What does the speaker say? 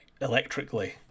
Electrically